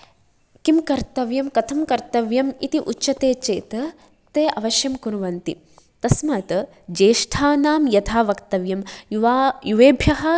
किं कर्तव्यं कथं कर्तव्यम् इति उच्यते चेत् ते अवश्यं कुर्वन्ति तस्मात् ज्येष्ठानां यथा वक्तव्यं युवा युवेभ्यः